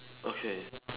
okay